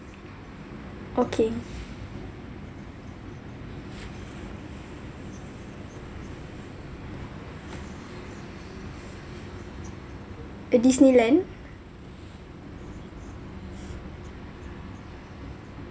okay uh disneyland